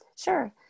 Sure